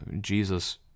Jesus